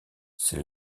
c’est